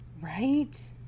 Right